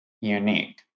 unique